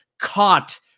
caught